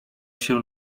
się